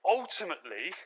ultimately